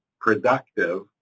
productive